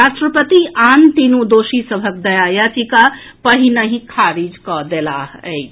राष्ट्रपति आन तीनू दोषी सभक दया याचिका पहिनहि खारिज कऽ देलाह अछि